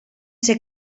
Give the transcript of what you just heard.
ser